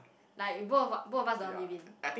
like we both of both of us don't want give in